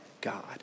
God